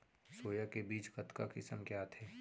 Soya के बीज कतका किसम के आथे?